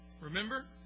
remember